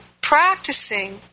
practicing